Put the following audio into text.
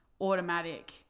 automatic